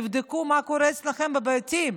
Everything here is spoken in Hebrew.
תבדקו מה קורה אצלכם בבתים.